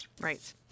Right